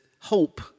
Hope